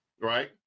right